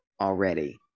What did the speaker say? already